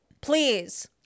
please